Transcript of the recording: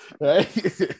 right